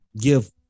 give